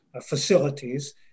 facilities